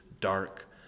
dark